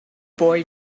boy